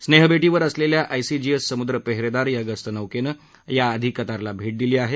स्नेहभेटीवर असलेल्या आयसीजीएस समुद्र पेहेरेदार या गस्त नौकेनं आधी कतारला भेट दिली आहे